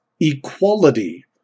equality